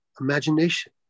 imagination